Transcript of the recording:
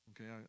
okay